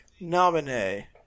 Nominee